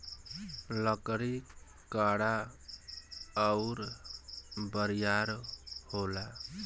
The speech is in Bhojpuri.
लकड़ी कड़ा अउर बरियार होला